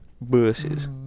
Buses